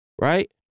Right